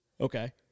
Okay